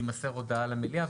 תימסר הודעה למליאה,